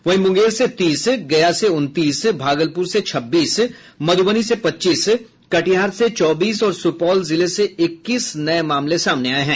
वहीं मुंगेर से तीस गया से उनतीस भागलपुर से छब्बीस मध्रबनी से पच्चीस कटिहार से चौबीस और सुपौल जिले से इक्कीस नये मामले सामने आये हैं